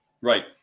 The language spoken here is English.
Right